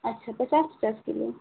अच्छा पचास पचास किलो